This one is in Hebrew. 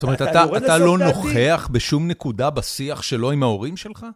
זאת אומרת, אתה לא נוכח בשום נקודה בשיח שלא עם ההורים שלך?